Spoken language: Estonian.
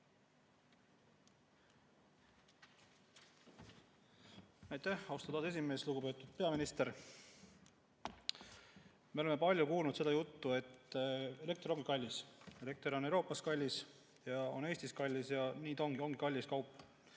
austatud aseesimees! Lugupeetud peaminister! Me oleme palju kuulnud seda juttu, et elekter on kallis, elekter on Euroopas kallis ja on Eestis kallis. Nii ta on, ongi kallis kaup.